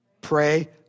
Pray